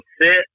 sit